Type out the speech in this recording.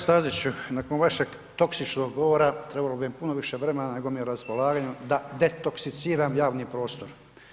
Kolega Staziću, nakon vašeg toksičnog govora, trebalo bi mi puno više vremena, nego mi je na raspolaganju, da detoksiciram javni prostor.